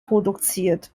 produziert